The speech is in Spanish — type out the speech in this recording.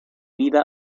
vida